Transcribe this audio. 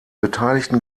beteiligten